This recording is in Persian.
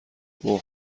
اوه